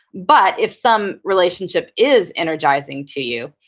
but if some relationship is energizing to you,